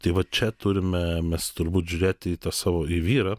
tai va čia turime mes turbūt žiūrėti į tą savo į vyrą